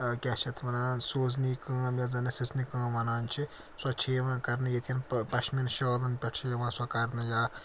کیٛاہ چھِ یَتھ وَنان سوزنی کٲم یَتھ زَن أسۍ سٕژنہِ کٲم وَنان چھِ سۄ تہِ چھِ یِوان کَرنہٕ ییٚتہِ کٮ۪ن پَشمیٖن شالَن پٮ۪ٹھ چھِ یِوان سۄ کَرنہٕ یا